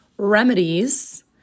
Remedies